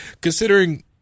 considering